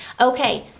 Okay